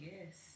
Yes